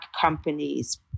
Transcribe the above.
companies